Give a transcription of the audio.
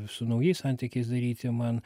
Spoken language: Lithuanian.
su naujais santykiais daryti man